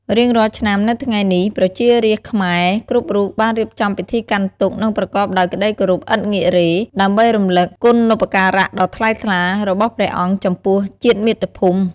រៀងរាល់ឆ្នាំ នៅថ្ងៃនេះ ប្រជារាស្ត្រខ្មែរគ្រប់រូបបានរៀបចំពិធីកាន់ទុក្ខ និងប្រកបដោយក្ដីគោរពឥតងាករេ ដើម្បីរំលឹកគុណូបការៈដ៏ថ្លៃថ្លារបស់ព្រះអង្គចំពោះជាតិមាតុភូមិ។